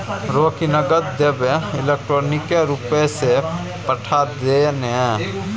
रौ की नगद देबेय इलेक्ट्रॉनिके रूपसँ पठा दे ने